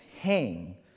hang